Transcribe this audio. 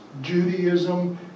Judaism